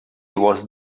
was